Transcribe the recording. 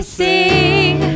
sing